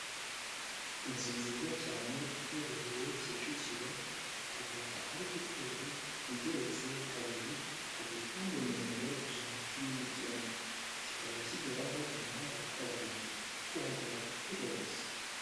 Inzu nziza cyane iherereye Kicukiro ikaba ari hoteli igeretse kabiri ku gipangu nimero ijana na cumi n'icyenda kikaba kigeraho umuhanda wa kaburimbo kuhagera biroroshye.